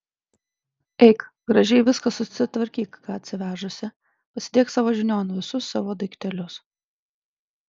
eik gražiai viską susitvarkyk ką atsivežusi pasidėk savo žinion visus savo daiktelius